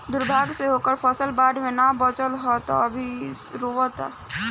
दुर्भाग्य से ओकर फसल बाढ़ में ना बाचल ह त उ अभी रोओता